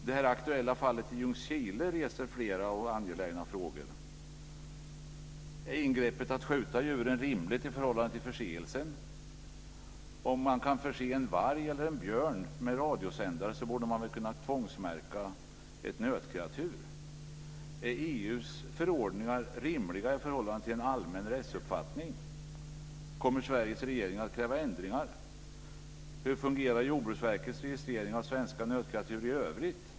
Det aktuella fallet i Ljungskile reser flera och angelägna frågor. Är ingreppet att skjuta djuren rimligt i förhållande till förseelsen? Om man kan förse en varg eller en björn med radiosändare, borde man väl kunna tvångsmärka ett nötkreatur. Är EU:s förordningar rimliga i förhållande till en allmän rättsuppfattning? Kommer Sveriges regering att kräva ändringar? Hur fungerar Jordbruksverkets registrering av svenska nötkreatur i övrigt?